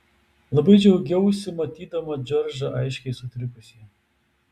labai džiaugiausi matydama džordžą aiškiai sutrikusį